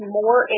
more